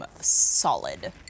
solid